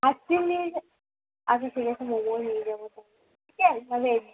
ice cream নিয়ে যাব আচ্ছা ঠিক আছে নিয়ে যাবো চিকেন না ভেজ